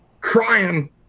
crying